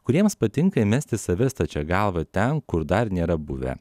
kuriems patinka įmesti save stačia galva ten kur dar nėra buvę